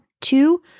Two